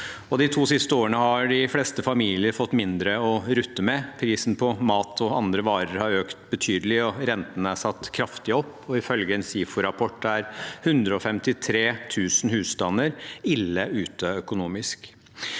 De siste to årene har de fleste familier fått mindre å rutte med. Prisen på mat og andre varer har økt betydelig, og renten er satt kraftig opp. Ifølge en SIFO-rapport er 153 000 husstander «ille ute» økonomisk.